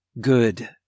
Good